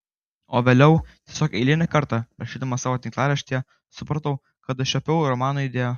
o vėliau tiesiog eilinį kartą rašydamas savo tinklaraštyje supratau kad užčiuopiau romano idėją